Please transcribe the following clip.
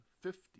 fifty